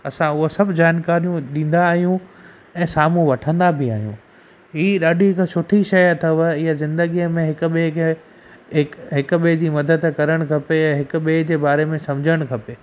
असां उहे सभु जानकारियूं ॾींदा आहियूं ऐं साम्हूं वठंदा बि आहियूं ई ॾाढी त सुठी शइ अथव हीअ ज़िन्दगीअ में हिक ॿिए खे हिक हिक ॿिए जी मदद करणु खपे हिक ॿिए जे बारे में समुझणु खपे